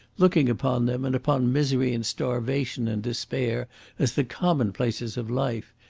looking upon them and upon misery and starvation and despair as the commonplaces of life,